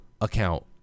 account